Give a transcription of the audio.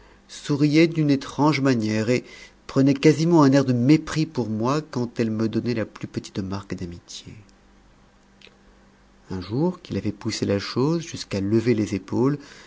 souriait d'une étrange manière et prenait quasiment un air de mépris pour moi quand elle me donnait la plus petite marque d'amitié un jour qu'il avait poussé la chose jusqu'à lever les épaules